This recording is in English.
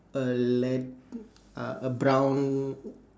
a lad~ a a brown